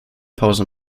pause